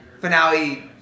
finale